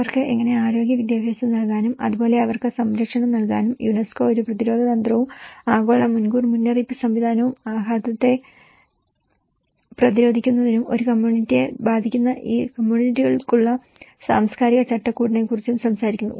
അവർക്ക് എങ്ങനെ ആരോഗ്യ വിദ്യാഭ്യാസം നൽകാനും അതുപോലെ അവർക്ക് സംരക്ഷണം നൽകാനും യുനെസ്കോ ഒരു പ്രതിരോധ തന്ത്രവും ആഗോള മുൻകൂർ മുന്നറിയിപ്പ് സംവിധാനവും ആഘാതത്തെ പ്രതിരോധിക്കുന്നതും ഒരു കമ്മ്യൂണിറ്റിയെ ബാധിക്കുന്ന ഈ കമ്മ്യൂണിറ്റികൾക്കുള്ള സാംസ്കാരിക ചട്ടക്കൂടിനെക്കുറിച്ചും സംസാരിക്കുന്നു